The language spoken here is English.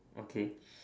okay